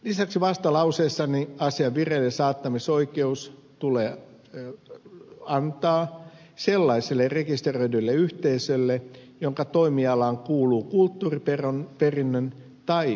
lisäksi vastalauseessani asian vireillesaattamisoikeus tulee antaa sellaiselle rekisteröidylle yhteisölle jonka toimialaan kuuluu kulttuuriperinnön tai ympäristön vaaliminen